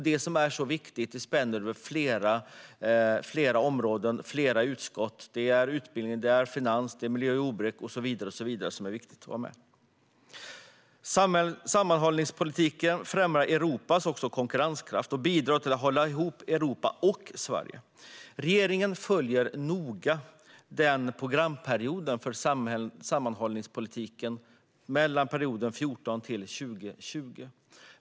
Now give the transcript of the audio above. Det spänner över flera områden och flera utskott - det är utbildning, finans, miljö och jordbruk och så vidare - och är viktigt att ha med. Sammanhållningspolitiken främjar också Europas konkurrenskraft och bidrar till att hålla ihop Europa och Sverige. Regeringen följer noga programperioden för sammanhållningspolitiken 2014-2020.